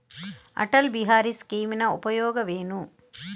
ಅಟಲ್ ಬಿಹಾರಿ ಸ್ಕೀಮಿನ ಉಪಯೋಗವೇನು?